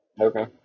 Okay